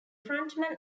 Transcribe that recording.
frontman